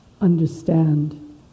understand